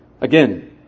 Again